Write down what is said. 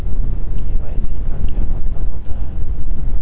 KYC का क्या मतलब होता है?